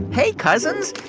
hey, cousins,